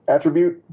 Attribute